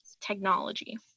technology